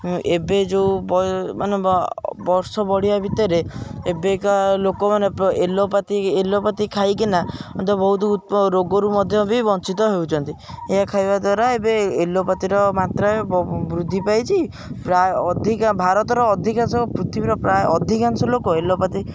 ଏବେ ଯେଉଁ ବ ମାନେ ବର୍ଷ ବଢ଼ିଆ ଭିତରେ ଏବେକା ଲୋକମାନେ ଏଲୋପାତି ଏଲୋପାତି ଖାଇକିନା ମଧ୍ୟ ବହୁତ ରୋଗରୁ ମଧ୍ୟ ବି ବଞ୍ଚିତ ହେଉଛନ୍ତି ଏହା ଖାଇବା ଦ୍ୱାରା ଏବେ ଏଲୋପାତିର ମାତ୍ରାରେ ବହୁ ବୃଦ୍ଧି ପାଇଚି ପ୍ରାୟ ଅଧିକା ଭାରତର ଅଧିକାଂଶ ପୃଥିବୀର ପ୍ରାୟ ଅଧିକାଂଶ ଲୋକ ଏଲୋପାତି